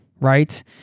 right